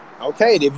Okay